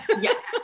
Yes